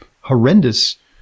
horrendous